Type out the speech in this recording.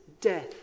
death